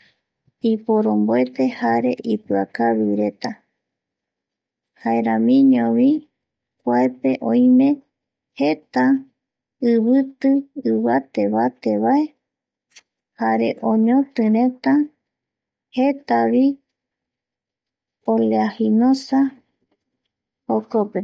iporomboete jare ipiakavireta, jaeramiñovi kuaepe oime jeta iviti, ivatevate vae jare oñotireta jeta oleaginosavi jokope